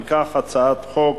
אם כך, הצעת חוק